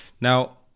Now